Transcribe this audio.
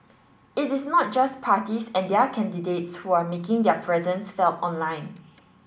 it is not just parties and their candidates who are making their presence felt online